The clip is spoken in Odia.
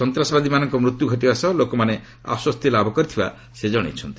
ସନ୍ତାସବାଦୀମାନଙ୍କର ମୃତ୍ୟୁ ଘଟିବା ସହ ଲୋକମାନେ ଆଶ୍ୱସ୍ତି ଲାଭ କରିଛନ୍ତି